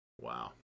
Wow